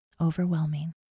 Overwhelming